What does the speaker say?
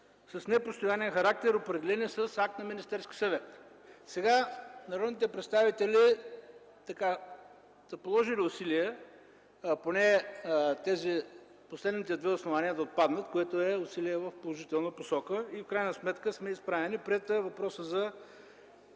с непостоянен характер, определени с акт на Министерския съвет. Сега народните представители са положили усилие поне последните две основания да отпаднат, което е усилие в положителна посока. И в крайна сметка сме изправени пред въпроса